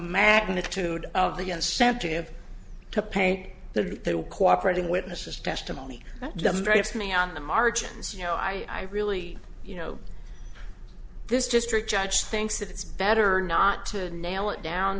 magnitude of the incentive to pay the they were cooperating witnesses testimony that the various me on the margins you know i really you know this district judge thinks that it's better not to nail it down